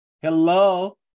Hello